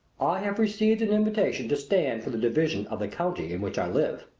have received an invitation to stand for the division of the county in which i live.